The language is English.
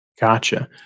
Gotcha